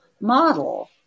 model